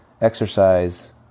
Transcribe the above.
exercise